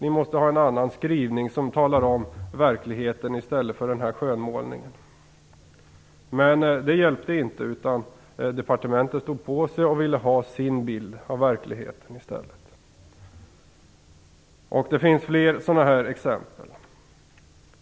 Det måste vara en annan skrivning som talar om verkligheten i stället för den här skönmålningen. Men det hjälpte inte utan departementet stod på sig och ville ha sin bild av verkligheten i stället. Det finns fler exempel.